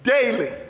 daily